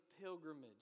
pilgrimage